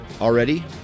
already